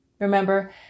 Remember